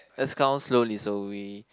let's count slowly so we